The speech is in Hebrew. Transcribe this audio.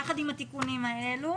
עם התיקונים האלה